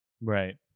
Right